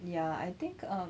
ya I think um